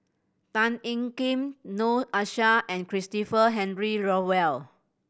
Tan Ean Kiam Noor Aishah and Christopher Henry Rothwell